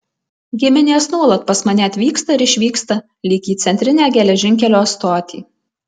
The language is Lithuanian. giminės nuolat pas mane atvyksta ir išvyksta lyg į centrinę geležinkelio stotį